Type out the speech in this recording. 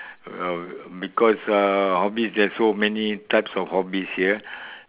oh because uh hobbies there are so many types of hobbies here